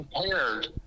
prepared